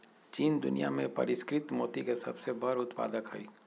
चीन दुनिया में परिष्कृत मोती के सबसे बड़ उत्पादक हई